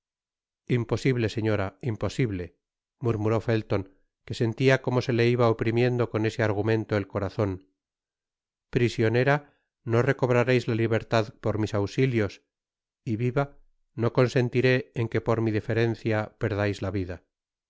imposible señora imposible murmuró felton que sentía como se le iba oprimiendo con ese argumento el corazon prisionera no recobrareis la libertad por mis ausilios y viva no consentiré en que por mi deferencia perdais la vida